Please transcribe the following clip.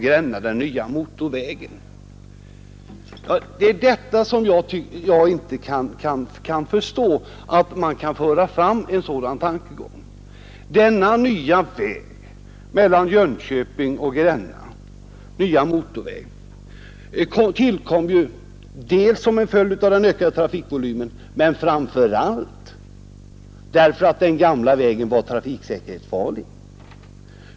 Denna nya motorväg mellan Jönköping och Gränna tillkom som en följd av den ökade trafikvolymen men framför allt för att den gamla vägen var trafikfarlig.